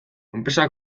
enpresa